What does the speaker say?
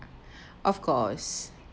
of course